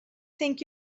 think